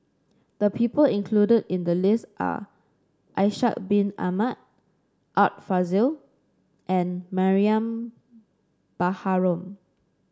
the people included in the list are Ishak Bin Ahmad Art Fazil and Mariam Baharom